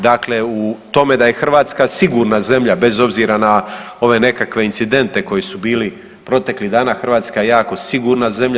Dakle, u tome da je hrvatska sigurna zemlja bez obzira na ove nekakve incidente koji su bili proteklih dana Hrvatska je jako sigurna zemlja.